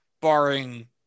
barring